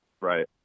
Right